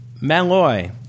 Malloy